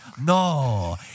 No